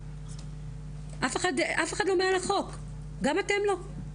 אף אחד לא מעל לחוק, גם אתם לא.